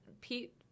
Pete